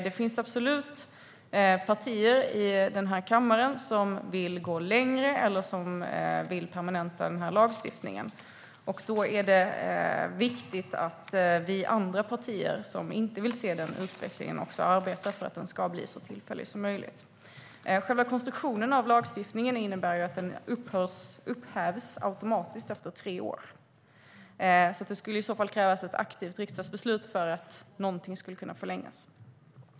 Det finns absolut partier i den här kammaren som vill gå längre eller som vill permanenta den här lagstiftningen, och då är det viktigt att vi andra partier som inte vill se den utvecklingen också arbetar för att den ska bli så tillfällig som möjligt. Själva konstruktionen av lagstiftningen innebär att den upphävs automatiskt efter tre år. För att någonting skulle kunna förlängas krävs det ett aktivt riksdagsbeslut.